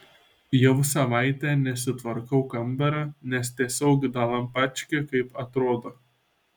jau savaitę nesitvarkau kambario nes tiesiog dalampački kaip atrodo